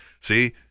See